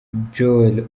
joel